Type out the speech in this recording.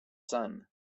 son